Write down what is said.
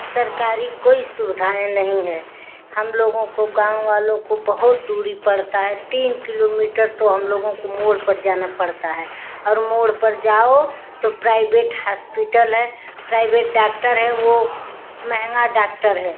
सरकारी कोई सुविधाएँ नही है हम लोगों को गाँव वालों को बहुत दूरी पड़ता है तीन किलोमीटर तो हम लोगों को मोड़ पर जाना पड़ता है और मोड़ पर जाओ तो प्राइबेट हास्पिटल है प्राइवेट डाक्टर है वो महेंगा डाक्टर है